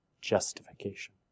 Justification